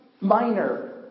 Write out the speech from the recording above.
minor